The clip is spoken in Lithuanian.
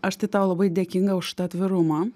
aš tai tau labai dėkinga už tą atvirumą